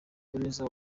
ebenezer